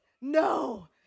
No